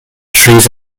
trees